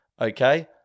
okay